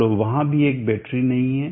चलो वहाँ भी एक बैटरी नहीं है